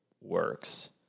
works